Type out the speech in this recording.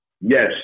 Yes